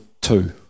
two